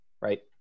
right